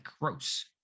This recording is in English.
gross